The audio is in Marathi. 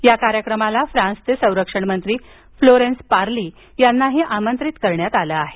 या कार्यक्रमाला फ्रान्सचे संरक्षण मंत्री फ्लोरेन्स पार्ली यांनाही आमंत्रित करण्यात आलं आहे